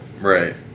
right